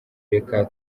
reka